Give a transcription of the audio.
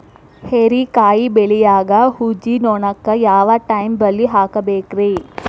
ಹೇರಿಕಾಯಿ ಬೆಳಿಯಾಗ ಊಜಿ ನೋಣಕ್ಕ ಯಾವ ಟೈಪ್ ಬಲಿ ಹಾಕಬೇಕ್ರಿ?